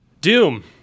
Doom